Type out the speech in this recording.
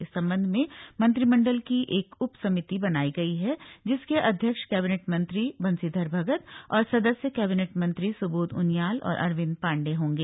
इस संबंध में मंत्रिमंडल की एक उपसमिति बनाई गई है जिसके अध्यक्ष कैबिनेट मंत्री बंशीधर भगत और सदस्य कैबिनेट मंत्री सुबोध उनियाल और अरविंद पांडेय होंगे